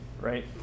right